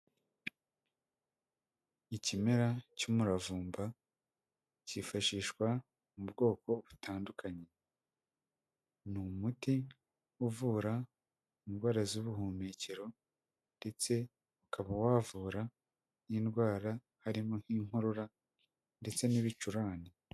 Ikimera cy'umuravumba, cyifashishwa mu bwoko butandukanye, ni umuti uvura indwara z'ubuhumekero ndetse ukaba wavura n'indwara harimo nk'inkorora ndetse n'ibicurane.